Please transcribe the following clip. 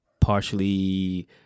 partially